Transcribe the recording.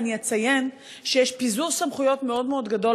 אני אציין שיש פיזור סמכויות מאוד מאוד גדול,